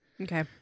Okay